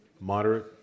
Moderate